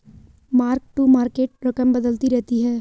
mark to market रकम बदलती रहती है